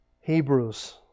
Hebrews